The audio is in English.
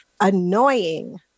annoying